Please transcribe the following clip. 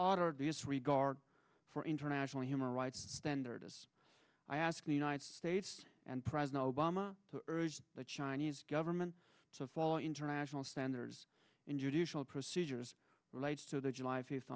auto disregard for international human rights standards i ask the united states and president obama to urge the chinese government to follow international standards and judicial procedures relates to the july fifth